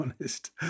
honest